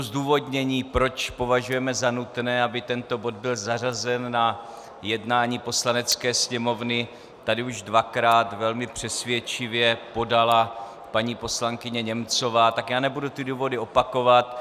Zdůvodnění, proč považujeme za nutné, aby tento bod byl zařazen na jednání Poslanecké sněmovny, tady už dvakrát velmi přesvědčivě podala paní poslankyně Němcová, tak já nebudu ty důvody opakovat.